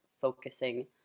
focusing